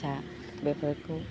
फिसा बेफोरखौ